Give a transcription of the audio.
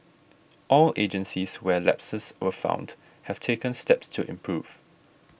all agencies where lapses were found have taken steps to improve